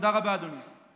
תודה רבה, אדוני.